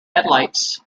headlights